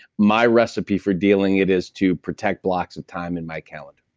my recipe for dealing it is to protect blocks of time in my calendar